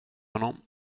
honom